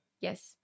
yes